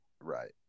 right